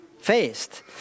Faced